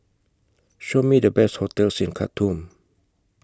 Show Me The Best hotels in Khartoum